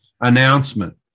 announcement